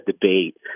debate